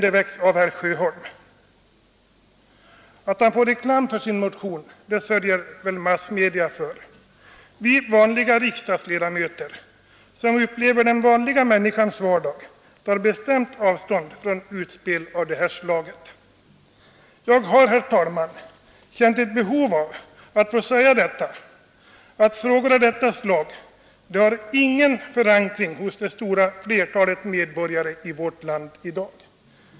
— Sjöholm. :— Att han får reklam för sin motion sörjer väl massmedia för. Vi vanliga Bordellverksamhet, riksdagsledamöter, som upplever den vanliga människans vardag, tar VARG bestämt avstånd från utspel av detta slag. Jag har herr talman känt ett behov av att få säga detta. Frågor av detta slag har ingen förankring hos det stora flertalet medborgare i vårt land i dag.